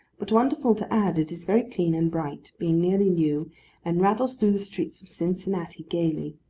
but, wonderful to add, it is very clean and bright, being nearly new and rattles through the streets of cincinnati gaily.